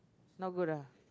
not good ah